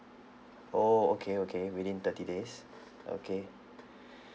orh okay okay within thirty days okay